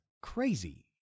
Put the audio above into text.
crazy